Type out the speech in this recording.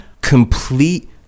complete